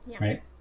Right